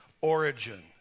origin